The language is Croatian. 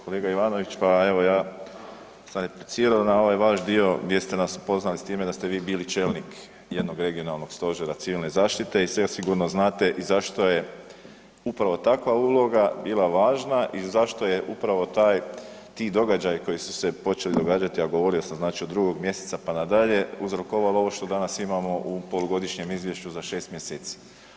Kolega Ivanović, pa evo ja sam replicirao na ovaj vaš dio gdje ste nas upoznali s time da ste vi bili čelnik jednog regionalnog stožera civilne zaštite i zasigurno znate i zašto je upravo takva uloga bila važna i zašto je upravo taj, ti događaji koji su se počeli događati, a govorio sam znači od 2. mjeseca, pa na dalje, uzrokovalo ovo što danas imamo u polugodišnjem izvješću za 6. mjeseci.